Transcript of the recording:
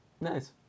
Nice